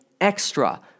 extra